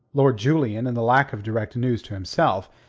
lord julian, in the lack of direct news to himself,